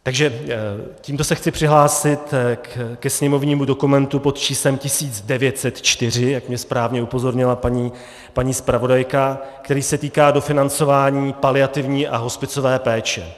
Takže tímto se chci přihlásit ke sněmovnímu dokumentu pod číslem 1904, jak mě správně upozornila paní zpravodajka, který se týká dofinancování paliativní a hospicové péče.